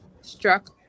struck